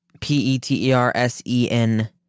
P-E-T-E-R-S-E-N